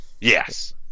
Yes